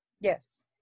yes